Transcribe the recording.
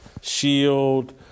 shield